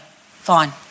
Fine